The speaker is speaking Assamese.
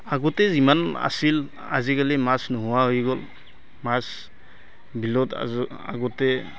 আগতে যিমান আছিল আজিকালি মাছ নোহোৱা হৈ গ'ল মাছ বিলত আগতে